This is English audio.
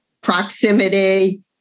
proximity